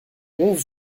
onze